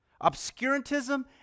Obscurantism